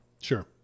Sure